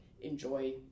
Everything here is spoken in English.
enjoy